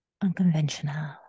Unconventional